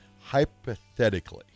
hypothetically